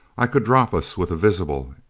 i could drop us with a visible,